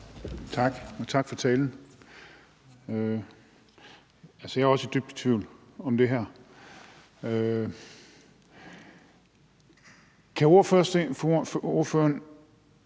tak for talen. Jeg er også dybt i tvivl om det her. Kan ordføreren